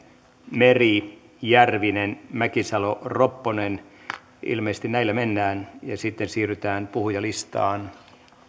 meri järvinen mäkisalo ropponen ilmeisesti näillä mennään ja sitten siirrytään puhujalistaan